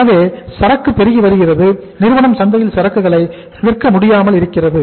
எனவே சரக்கு பெருகிவருகிறது நிறுவனம் சந்தையில் சரக்குகளை விற்க முடியாமல் இருக்கிறது